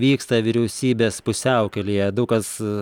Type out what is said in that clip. vyksta vyriausybės pusiaukelėje daug kas